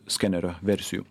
skenerio versijų